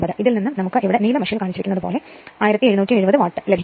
ഇതിൽ നിന്നും നമുക്ക് ഇവിടെ നീല മഷിയിൽ കാണിച്ചിരിക്കുന്ന പോലെ 1770 വാട്ട് എന്ന് ലഭിക്കും